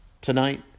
tonight